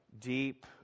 deep